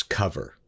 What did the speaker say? cover